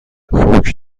خوک